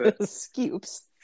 scoops